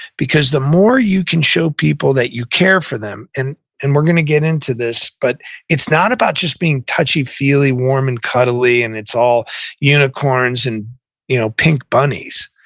because the more you can show people that you care for them, and and we're going to get into this, but it's not about just being touchy-feely, warm and cuddly, and it's all unicorns and you know pink bunnies.